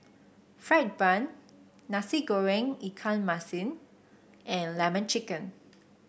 fried Bun Nasi Goreng Ikan Masin and lemon chicken